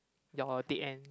your date end